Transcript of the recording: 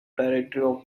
directors